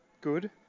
good